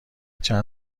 چند